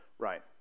Right